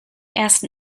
ersten